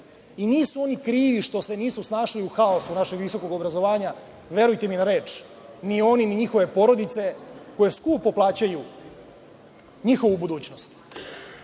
Nisu oni krivi što se nisu snašli u haosu našeg visokog obrazovanja, verujte mi na reč, ni oni, ni njihove porodice koje skupo plaćaju njihovu budućnost.